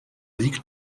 league